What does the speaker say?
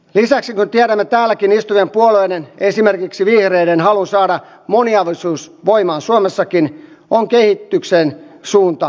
lisäksi kun tiedämme täälläkin istuvien puolueiden esimerkiksi vihreiden halun saada moniavioisuus voimaan suomessakin on kehityksen suunta huolestuttava